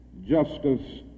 justice